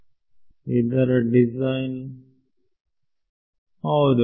ವಿದ್ಯಾರ್ಥಿ ಇದರ ಡಿಸೈನ್ ಹೌದು